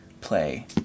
play